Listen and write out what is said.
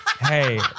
hey